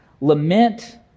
lament